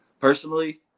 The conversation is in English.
Personally